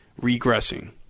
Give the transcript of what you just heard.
regressing